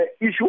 issue